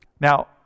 Now